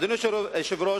אדוני היושב-ראש,